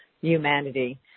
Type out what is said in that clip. humanity